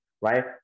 right